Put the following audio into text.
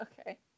Okay